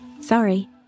Sorry